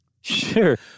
Sure